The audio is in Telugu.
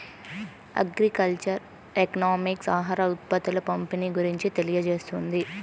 అగ్రికల్చర్ ఎకనామిక్స్ ఆహార ఉత్పత్తుల పంపిణీ గురించి తెలియజేస్తుంది